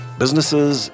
businesses